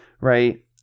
right